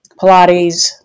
Pilates